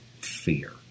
fear